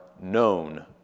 known